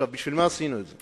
בשביל מה עשינו את זה?